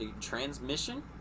transmission